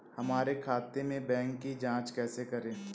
हमारे खाते के बैंक की जाँच कैसे करें?